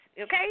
okay